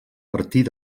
partir